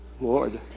Lord